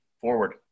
forward